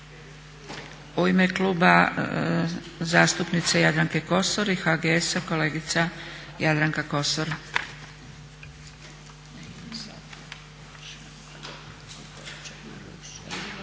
U ime Kluba zastupnice Jadranke Kosor i HGS-a kolegica Jadranka Kosor.